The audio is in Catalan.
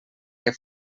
que